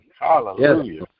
Hallelujah